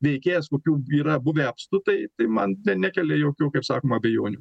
veikėjas kokių yra buvę apstu tai tai man nekelia jokių kaip sakoma abejonių